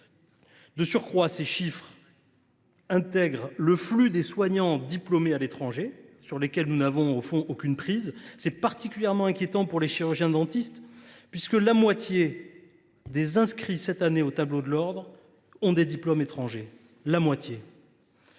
De surcroît, ces chiffres intègrent le flux des soignants diplômés à l’étranger, sur lequel nous n’avons aucune prise. C’est particulièrement inquiétant pour les chirurgiens dentistes, puisque la moitié, j’y insiste, des inscrits au tableau de l’Ordre cette année sont diplômés de l’étranger. Plutôt